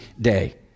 day